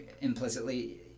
implicitly